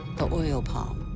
the oil palm.